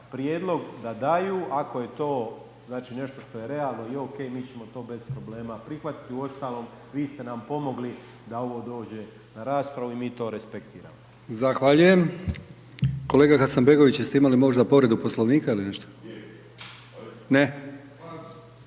prijedlog da daju ako je to, znači, nešto što je realno i okej, mi ćemo to bez problema prihvatiti. Uostalom, vi ste nam pomogli da ovo dođe na raspravu i mi to resprektiramo. **Brkić, Milijan (HDZ)** Zahvaljujem. Kolega Hasanbegović, jeste imali možda povredu Poslovnika ili nešto? Ne?